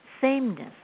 sameness